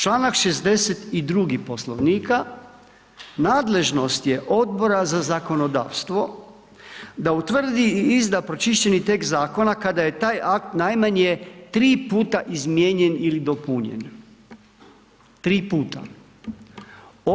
Članak 62. poslovnika, nadležnost je Odbora za zakonodavstvo da utvrdi i izda pročišćeni tekst zakona, kada je taj akt najmanje, 3 puta izmijenjen ili dopunjen, 3 puta.